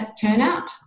turnout